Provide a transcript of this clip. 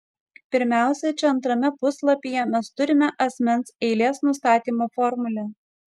pirmiausia čia antrame puslapyje mes turime asmens eilės nustatymo formulę